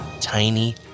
tiny